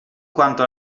quanto